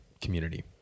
community